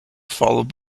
followed